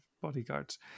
bodyguards